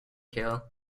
hill